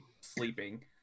sleeping